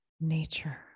nature